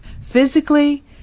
physically